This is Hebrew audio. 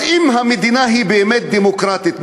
אז אם המדינה היא באמת דמוקרטית,